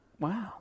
Wow